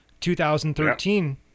2013